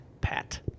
Pat